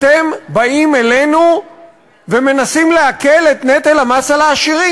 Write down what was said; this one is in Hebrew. אתם באים אלינו ומנסים להקל את נטל המס על העשירים.